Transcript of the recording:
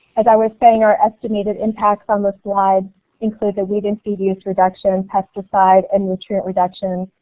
as i was saying our estimated impacts on the slide include the weed and feed use reduction, pesticide and nutrient reduction